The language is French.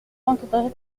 encadrer